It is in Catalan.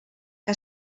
que